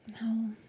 no